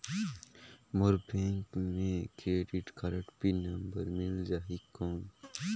मोर bank मे credit card PIN number मिल जाहि कौन?